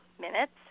minutes